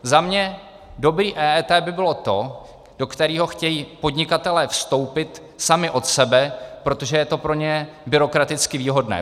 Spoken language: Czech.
Za mě dobré EET by bylo to, do kterého chtějí podnikatelé vstoupit sami od sebe, protože je to pro ně byrokraticky výhodné.